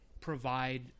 provide